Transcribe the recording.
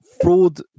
fraud